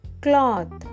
cloth